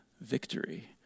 victory